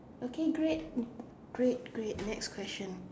okay great great great next question